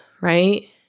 right